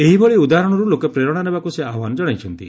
ଏହିଭଳି ଉଦାହରଣରୁ ଲୋକେ ପ୍ରେରଣା ନେବାକୁ ସେ ଆହ୍ୱାନ କଣାଇଛନ୍ତି